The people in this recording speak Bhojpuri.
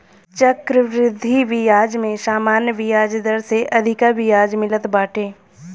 चक्रवृद्धि बियाज में सामान्य बियाज दर से अधिका बियाज मिलत बाटे